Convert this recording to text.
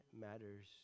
matters